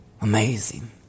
Amazing